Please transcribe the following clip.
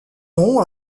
nom